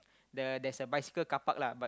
the there's a bicycle car park lah but